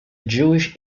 jewish